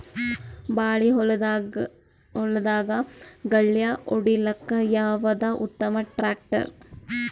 ಬಾಳಿ ಹೊಲದಾಗ ಗಳ್ಯಾ ಹೊಡಿಲಾಕ್ಕ ಯಾವದ ಉತ್ತಮ ಟ್ಯಾಕ್ಟರ್?